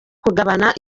kugabana